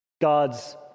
God's